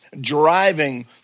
driving